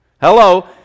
hello